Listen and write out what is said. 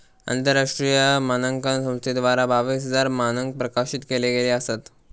आंतरराष्ट्रीय मानांकन संस्थेद्वारा बावीस हजार मानंक प्रकाशित केले गेले असत